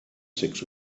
six